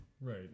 Right